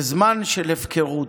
זה זמן של הפקרות.